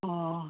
ꯑꯣ